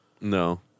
No